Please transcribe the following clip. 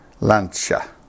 Lancia